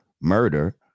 murder